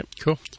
cool